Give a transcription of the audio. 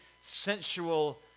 sensual